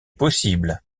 possible